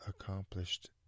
accomplished